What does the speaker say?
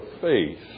faith